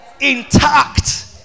intact